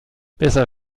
besser